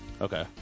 Okay